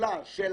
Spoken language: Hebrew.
התחילה של